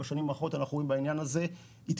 בשנים האחרונות אנחנו רואים בעניין הזה התקדמות,